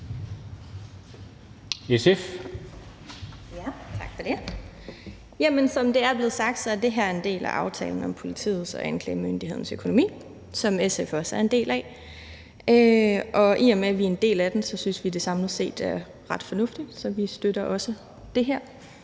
som det er blevet sagt, er det her en del af aftalen om politiets og anklagemyndighedens økonomi, som SF også er en del af. I og med at vi er en del af den, synes vi, at det samlet set er ret fornuftigt, så vi støtter også det her